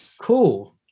Cool